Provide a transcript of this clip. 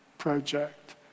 Project